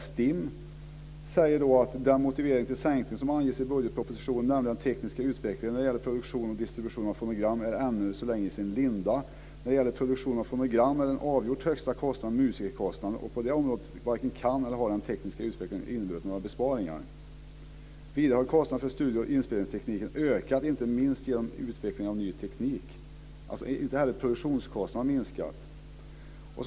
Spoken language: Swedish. STIM säger angående den motivering till sänkning som anges i budgetpropositionen att den tekniska utvecklingen när det gäller produktion och distribution av fonogram ännu så länge är i sin linda. Vad gäller produktion av fonogram är den avgjort högsta kostnaden musikerkostnaden. På det området kan inte den tekniska utvecklingen innebära några besparingar, och det har den inte heller gjort. Vidare har kostnader för studior och inspelningsteknik ökat, inte minst genom utvecklingen av ny teknik. Inte heller produktionskostnaderna har alltså minskat.